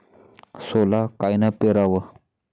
सोला कायनं पेराव?